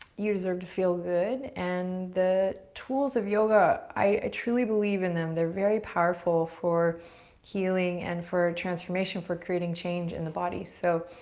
um to feel good and the tools of yoga, i truly believe in them. they're very powerful for healing and for transformation for creating change in the body. so,